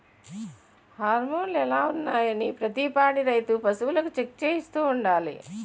హార్మోన్లు ఎలా ఉన్నాయి అనీ ప్రతి పాడి రైతు పశువులకు చెక్ చేయిస్తూ ఉండాలి